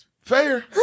Fair